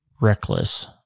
reckless